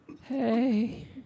Hey